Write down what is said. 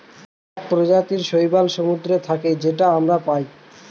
এক প্রজাতির শৈবাল সমুদ্রে থাকে যেটা আমরা পায়